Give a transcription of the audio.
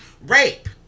rape